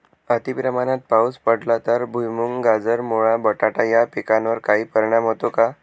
अतिप्रमाणात पाऊस पडला तर भुईमूग, गाजर, मुळा, बटाटा या पिकांवर काही परिणाम होतो का?